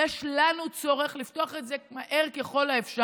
יש צורך לפתוח את זה מהר ככל האפשר,